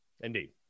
Indeed